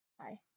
Hi